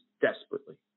desperately